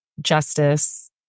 justice